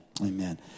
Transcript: Amen